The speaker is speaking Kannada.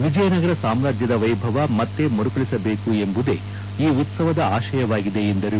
ವಿಜಯನಗರ ಸಾಮ್ರಾಜ್ಯದ ವೈಭವ ಮತ್ತೆ ಮರುಕಳಿಸಬೇಕು ಎಂಬುದೇ ಈ ಉತ್ಸವದ ಆಶಯವಾಗಿದೆ ಎಂದರು